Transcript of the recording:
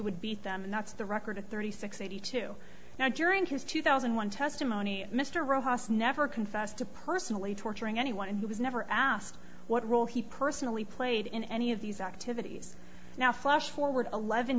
would beat them and that's the record of thirty six eighty two now during his two thousand and one testimony mr rojas never confessed to personally torturing anyone and was never asked what role he personally played in any of these activities now flash forward eleven